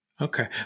Okay